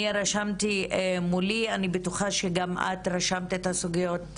אני רשמתי מולי ואני בטוחה שגם את רשמת את הסוגיות שעלו.